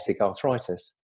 arthritis